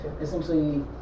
Essentially